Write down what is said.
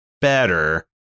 better